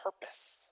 purpose